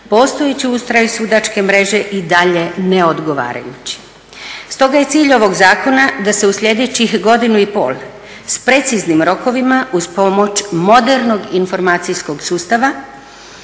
postojeći ustroj sudačke mreže i dalje ne odgovarajući. Stoga je cilj ovog zakona da se u sljedećih godinu i pol s preciznim rokovima uz pomoć modernog informacijskog sustava